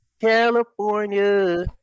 California